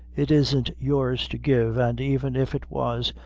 it isn't yours to give, and even if it was,